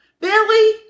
Billy